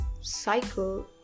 cycle